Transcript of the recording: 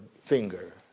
finger